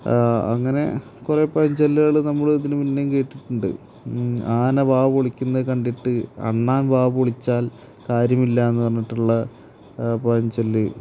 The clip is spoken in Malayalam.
അങ്ങനെ കുറേ പഴഞ്ചൊല്ലുകൾ നമ്മളിതിന് മുന്നേയും കേട്ടിട്ടുണ്ട് ആന വാ പൊളിക്കുന്നത് കണ്ടിട്ട് അണ്ണാൻ വാ പൊളിച്ചാൽ കാര്യമില്ലാന്ന് പറഞ്ഞിട്ടുള്ള പഴഞ്ചൊല്ല്